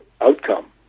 outcome